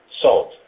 salt